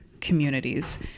communities